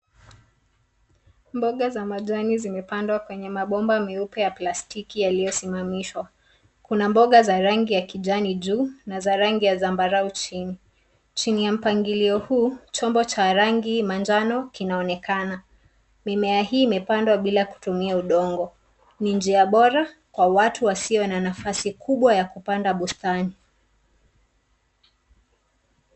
Mboga za majani zimepandwa kwenye mabomba meupe ya plastiki yaliyosimimamishwa. Kuna mboga za rangi ya kijani juu na za rangi ya zambarau chini. Chini ya mpangilio huu, chombo cha rangi manjano kinaonekana. Mimea hii imepandwa bila kutumia udongo. Ni njia bora kwa watu wasio na nafasi kubwa ya kupanda bustani.